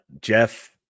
Jeff